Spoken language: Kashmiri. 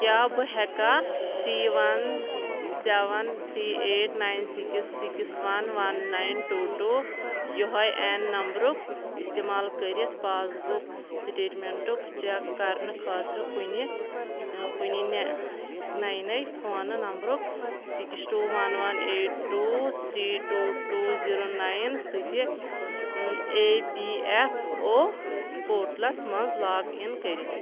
کیٛاہ بہٕ ہٮ۪کا three one seven three eight nine six six one one nine two two یُہوٚے اٮ۪ن نَمبرُک اِستعمال کٔرِتھ پاس بُک سٕٹیٹمٮ۪نٛٹُک چَک کَرنہٕ خٲطرٕ کُنہِ کُنہِ نہِ نَے نَے فونہٕ نَمبرُک six two one one eight two three two two zero nine سۭتۍ یہِ اے پی اٮ۪ف او پورٹلَس منٛز لاگ اِن کٔرِتھ